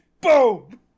boom